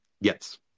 Yes